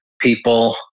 people